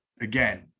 again